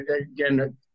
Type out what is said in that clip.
again